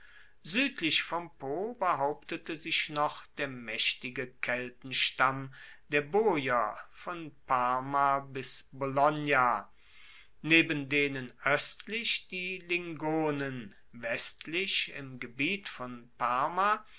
suedlich vom po behauptete sich noch der maechtige keltenstamm der boier von parma bis bologna neben denen oestlich die lingonen westlich im gebiet von parma